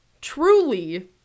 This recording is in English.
Truly